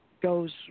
goes